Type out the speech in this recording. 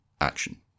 Action